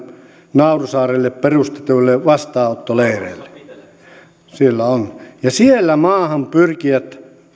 nauru saarelle perustetuille vastaanottoleireille siellä on ja siellä maahan pyrkijät